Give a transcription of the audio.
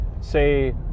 say